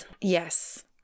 Yes